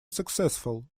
successful